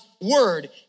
word